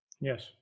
yes